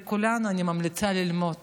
לכולנו אני ממליצה ללמוד